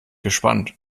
gespannt